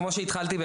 כמו שהתחלתי,